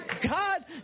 God